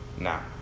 now